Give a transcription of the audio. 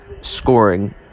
scoring